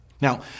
Now